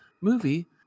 movie